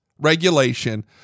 regulation